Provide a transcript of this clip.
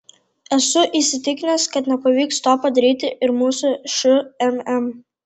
esu įsitikinęs kad nepavyks to padaryti ir mūsų šmm